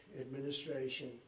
administration